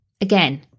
again